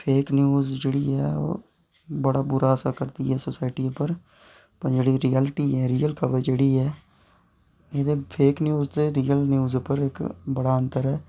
fake news जेह्ड़ी ऐ ओह् बड़ा बूरा असर करदी ऐ सोसायटी उप्पर पर जेह्की रियालटी ऐ रीयल खबर ऐ की के फेक न्यूज़ ते रीयल न्यूज़ पर बड़ा अंतर ऐ